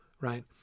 right